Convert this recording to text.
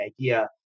idea